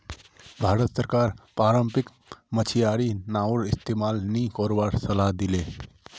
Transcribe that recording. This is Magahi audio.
भारत सरकार पारम्परिक मछियारी नाउर इस्तमाल नी करवार सलाह दी ले